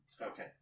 Okay